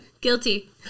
Guilty